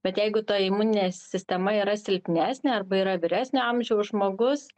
bet jeigu ta imuninė sistema yra silpnesnė arba yra vyresnio amžiaus žmogus